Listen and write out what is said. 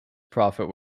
prophet